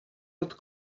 lot